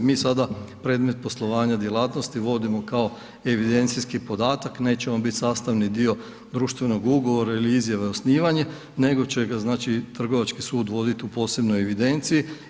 Mi sada predmet poslovanja djelatnosti vodimo kao evidencijski podataka, neće on bit sastavni dio društvenog ugovora ili izjave osnivanja, nego će ga znači Trgovački sud vodit u posebnoj evidenciji.